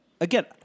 Again